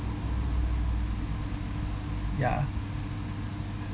ya